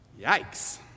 Yikes